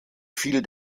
fiel